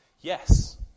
yes